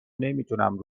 نمیتونم